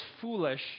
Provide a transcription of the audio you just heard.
foolish